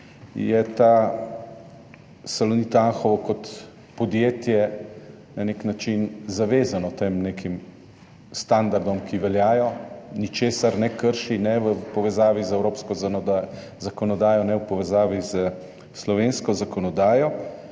Salonit Anhovo kot podjetje na nek način zavezan nekim standardom, ki veljajo. Ničesar ne krši, ne v povezavi z evropsko zakonodajo ne v povezavi s slovensko zakonodajo,